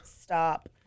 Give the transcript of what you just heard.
Stop